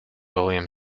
william